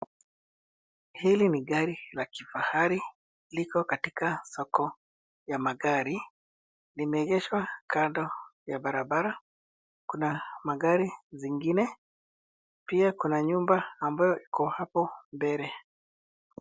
Hili ni gari la kifahari ,liko katika soko ya magari ,limeegeshwa kando ya barabara ,kuna magari zingine, pia kuna nyumba ambayo iko hapo mbele.